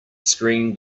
screen